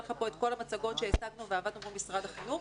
לך את כל המצגות שהצגנו ועבדנו מול משרד החינוך